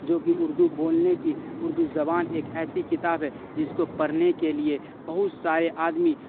جو کہ اردو بولنے کی اردو زبان ایک ایسی کتاب ہے جس کو پڑھنے کے لیے بہت سارے آدمی